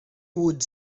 would